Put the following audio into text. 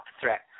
threat